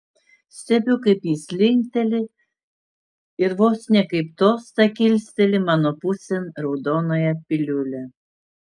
stebiu kaip jis linkteli ir vos ne kaip tostą kilsteli mano pusėn raudonąją piliulę